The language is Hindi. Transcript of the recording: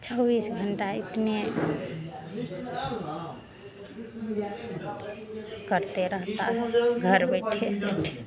चौबीस घंटे इतने करते रहते हैं घर बैठे बैठे